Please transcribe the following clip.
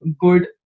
good